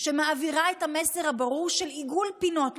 שמעבירה את המסר הברור של עיגול פינות,